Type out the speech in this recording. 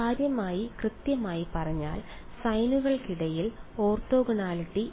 വിദ്യാർത്ഥി sinnπ കൃത്യമായി പറഞ്ഞാൽ സൈനുകൾക്കിടയിൽ sine's ഓർത്തോഗണാലിറ്റി